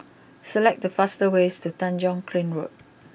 select the fastest way to Tanjong Kling Road